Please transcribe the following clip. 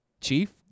Chief